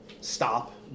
stop